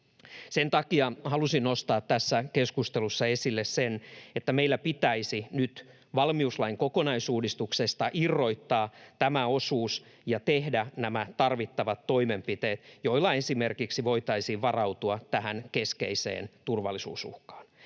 Sen takia halusin nostaa tässä keskustelussa esille sen, että meillä pitäisi nyt valmiuslain kokonaisuudistuksesta irrottaa tämä osuus ja tehdä nämä tarvittavat toimenpiteet, joilla esimerkiksi voitaisiin varautua tähän keskeiseen turvallisuusuhkaan.